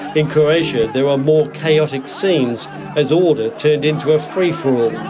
in croatia there were more chaotic scenes as order turned into a free-for-all,